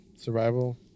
Survival